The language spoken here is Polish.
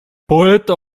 poeto